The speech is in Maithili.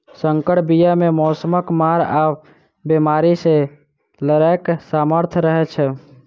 सँकर बीया मे मौसमक मार आ बेमारी सँ लड़ैक सामर्थ रहै छै